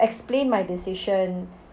explain my decision